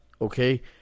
Okay